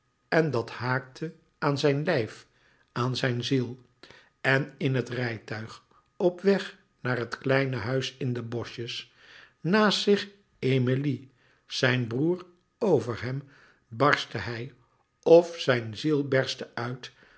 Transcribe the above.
en dat haakte aan zijn lijf aan zijn ziel en in het rijtuig op weg naar het kleine huis in de boschjes naast zich emilie zijn broêr over hem barstte hij of zijn ziel berstte uit